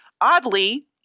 oddly